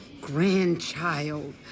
grandchild